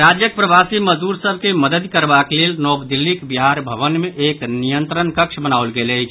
राज्यक प्रवासी मजदूर सभ के मददि करबाक लेल नव दिल्लीक बिहार भवन मे एक नियंत्रण कक्ष बनाओल गेल अछि